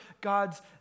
God's